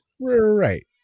Right